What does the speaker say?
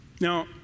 Now